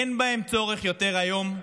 אין בהם צורך יותר היום.